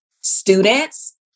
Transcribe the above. students